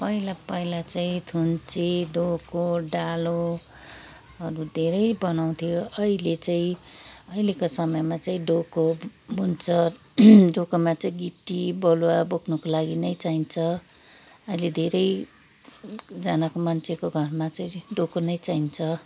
पहिला पहिला चाहिँ थुन्से डोको डालोहरू धेरै बनाउँथ्यो अहिले चाहिँ अहिलेको समयमा चाहिँ डोको बुन्छ डोकोमा चाहिँ गिटी बालुवा बोक्नको लागि नै चाहिन्छ अलिक धेरैजनाको मान्छेको घरमा चाहिँ डोको नै चाहिन्छ